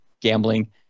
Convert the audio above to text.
gambling